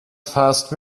fast